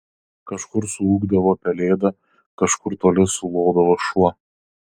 kažkur suūkdavo pelėda kažkur toli sulodavo šuo